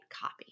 copy